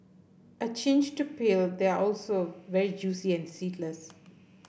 a cinch to peel they are also very juicy and seedless